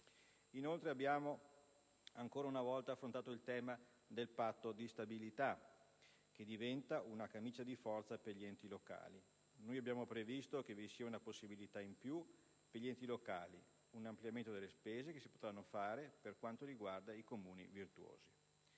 Inoltre, abbiamo ancora una volta affrontato il tema del Patto di stabilità, che diventa una camicia di forza per gli enti locali. Noi abbiamo previsto che vi sia una possibilità in più per gli enti locali, un ampliamento delle spese che potranno fare i Comuni virtuosi.